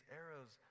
arrows